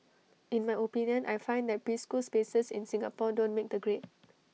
in my opinion I find that preschool spaces in Singapore don't make the grade